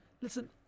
listen